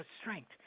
strength